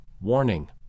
Warning